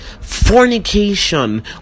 fornication